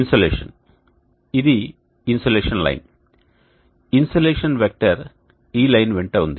insolation ఇది insolation line insolation vector ఈ line వెంట ఉంది